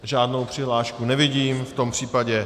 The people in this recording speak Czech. Žádnou přihlášku nevidím, v tom případě...